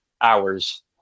hours